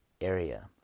Area